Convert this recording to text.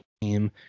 team